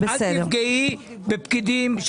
אל תפגעי בפקידים,